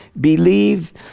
believe